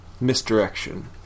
Misdirection